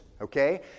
okay